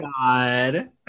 God